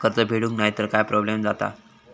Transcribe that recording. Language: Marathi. कर्ज फेडूक नाय तर काय प्रोब्लेम जाता?